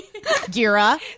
Gira